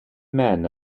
men